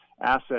asset